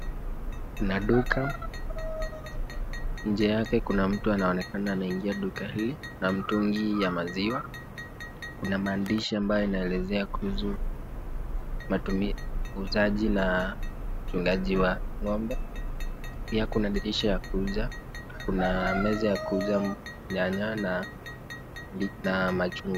Kuna duka, nje yake kuna mtu anaonekana anaingi duka hii na mtungi ya maziwa. Kuna maadhishi ambayo inawaelezea kuhusu uuzaji na uchungaji wa ng'ombe, pia kuna dirisha ya kuuza, kuna meza ya kuuza nyanya na lina machngwa.